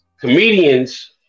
comedians